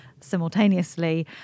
simultaneously